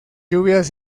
lluvias